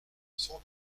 son